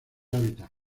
hábitats